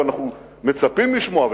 אבל אנחנו מצפים לשמוע,